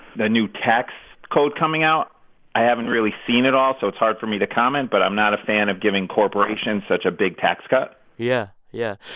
the new tax code coming out i haven't really seen it all, so it's hard for me to comment. but i'm not a fan of giving corporations such a big tax cut yeah, yeah.